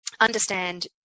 understand